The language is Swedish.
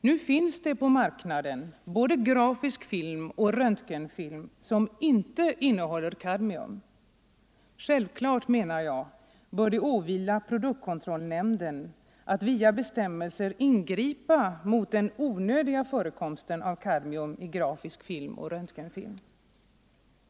Nu finns det på marknaden både grafisk film och röntgenfilm som inte innehåller kadmium. Självklart, menar jag, bör det åvila produktkontrollnämnden att via bestämmelser ingripa mot den onödiga förekomsten av kadmium i grafisk film och röntgenfilm.